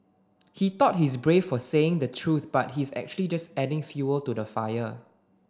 he thought he's brave for saying the truth but he's actually just adding fuel to the fire